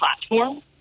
platform